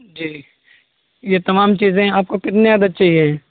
جی یہ تمام چیزیں آپ کو کتنے عدد چاہیے ہیں